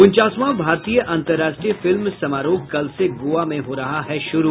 उनचासवां भारतीय अंतरराष्ट्रीय फिल्म समारोह कल से गोवा में हो रहा है शुरू